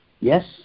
yes